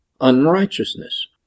unrighteousness